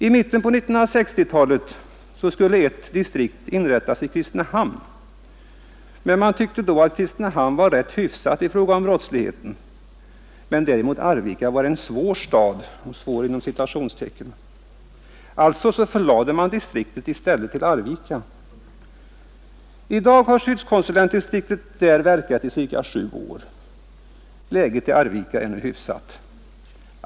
I mitten på 1960-talet skulle ett distrikt inrättas i Kristinehamn, men man tyckte då att Kristinehamn var rätt hyfsat i fråga om brottsligheten medan däremot Arvika var en ”svår” stad. Alltså förlade man distriktet i stället till Arvika. I dag har skyddskonsulentdistriktet verkat i ca 7 år. Läget i Arvika är nu hyfsat.